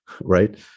right